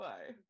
Bye